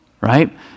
Right